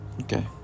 Okay